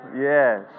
Yes